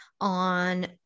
on